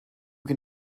can